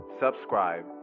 subscribe